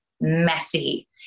messy